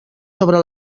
sobre